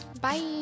bye